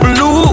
Blue